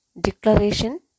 declaration